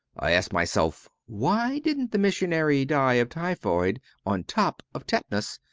i asked myself why didnt the missionary die of typhoid on top of tetanus,